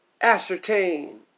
ascertain